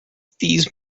these